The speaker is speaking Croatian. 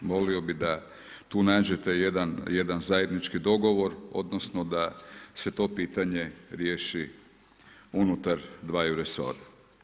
Molio bih da tu nađete jedan zajednički dogovor odnosno da se to pitanje riješi unutar dvaju resora.